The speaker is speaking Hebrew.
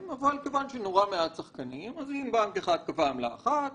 היה לבדוק האם לבנק הפועלים או לבנק לאומי אין השפעה מכרעת באחד